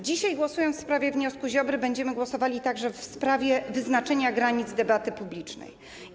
Dzisiaj, głosując w sprawie wniosku dotyczącego Ziobry, będziemy głosowali także w sprawie wyznaczenia granic debaty publicznej.